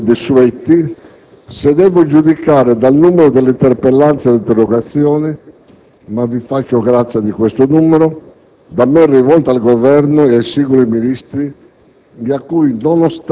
quasi superati e ormai desueti, se devo giudicare dal numero delle interpellanze e delle interrogazioni, ma ve ne faccio grazia, da me rivolte al Governo e ai singoli Ministri